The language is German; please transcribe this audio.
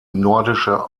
nordische